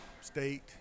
state